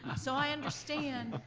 ah so i understand